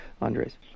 Andres